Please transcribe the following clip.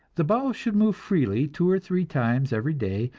the bowels should move freely two or three times every day,